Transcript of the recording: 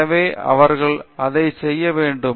எனவே அவர்கள் அதை செய்ய வேண்டும்